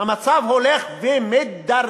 המצב הולך ומידרדר.